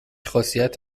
خاصیت